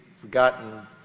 forgotten